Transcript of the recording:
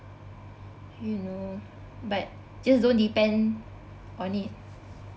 you know but just don't depend on it